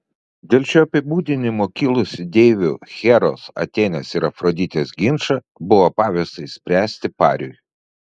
dėl šio apibūdinimo kilusį deivių heros atėnės ir afroditės ginčą buvo pavesta išspręsti pariui